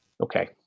Okay